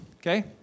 okay